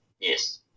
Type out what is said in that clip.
Yes